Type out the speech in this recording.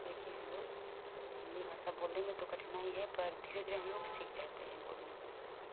जिससे कि हम लोग हिंदी भाषा बोलने में तो कठिनाई हैं पर धीरे धीरे हम लोग सीख जाते हैं बोलने